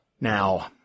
Now